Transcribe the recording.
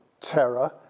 terror